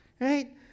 Right